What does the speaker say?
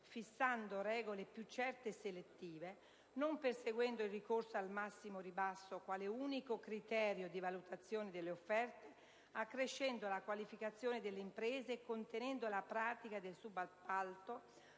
fissando regole più certe e selettive, non perseguendo il ricorso al massimo ribasso quale criterio di valutazione delle offerte, accrescendo la qualificazione delle imprese e contenendo la pratica del subappalto.